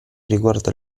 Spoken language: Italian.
riguarda